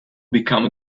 become